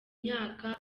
myaka